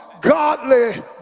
godly